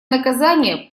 наказание